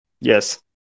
Yes